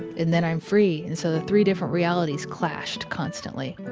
and then i'm free. and so the three different realities clashed constantly.